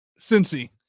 Cincy